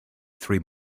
three